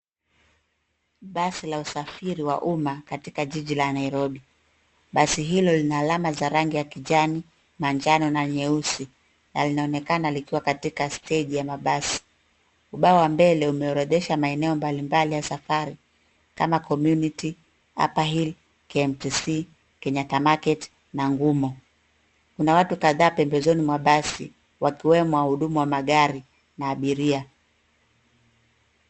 Basi la usafiri wa umma katika jiji la Nairobi basi hilo lina alama za rangi ya kijani ,manjano na nyeusi linaonekana likiwa katika steji ya mabasi ,ubao wa mbele umeorodhesha maeneo mbalimbali ya safari kama community, upper hili , kmtc,kenyatta market na Ngumo, kuna watu kadhaa pembezoni mwa basi wakiwemo wa hudumu wa magari na abiria.